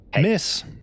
Miss